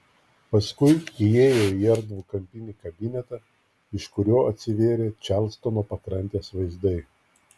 paskui įėjo į erdvų kampinį kabinetą iš kurio atsivėrė čarlstono pakrantės vaizdai